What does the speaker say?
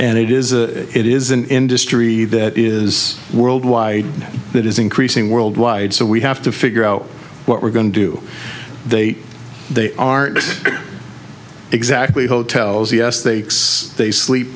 and it is a it is an industry that is worldwide that is increasing worldwide so we have to figure out what we're going to do they they are exactly hotels yes they they sleep